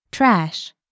Trash